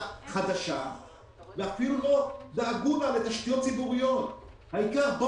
חדשה ואפילו לא דאגו לה לתשתיות ציבוריות אלא העיקר,